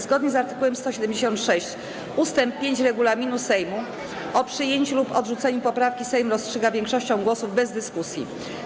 Zgodnie z art. 176 ust. 5 regulaminu Sejmu o przyjęciu lub odrzuceniu poprawki Sejm rozstrzyga większością głosów bez dyskusji.